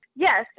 Yes